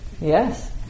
yes